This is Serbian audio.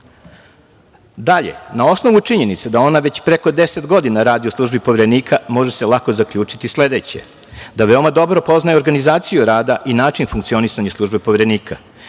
radi. Dalje, na osnovu činjenice da ona već preko 10 godina radi u službi Poverenika može se lako zaključiti sledeće, da veoma dobro poznaju organizaciju rada i način funkcionisanja službe Poverenika